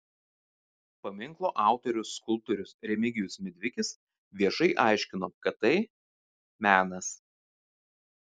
paminklo autorius skulptorius remigijus midvikis viešai aiškino kad tai menas